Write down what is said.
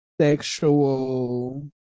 sexual